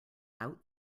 out